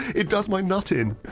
it does my nut in!